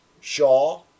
Shaw